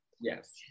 Yes